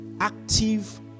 active